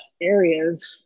areas